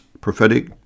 prophetic